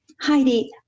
Heidi